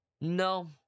No